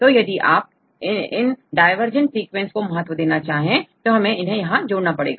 तो यदि आप इन डायवर्जेंट सीक्वेंस को महत्व देना चाहे तो हमें इन्हें यहां जोड़ना पड़ेगा